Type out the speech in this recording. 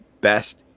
best